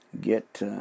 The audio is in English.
get